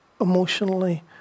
Emotionally